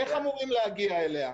איך אמורים להגיע אליה?